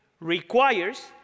requires